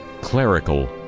clerical